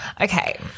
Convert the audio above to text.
Okay